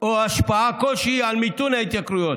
או השפעה כלשהי על מיתון ההתייקרויות.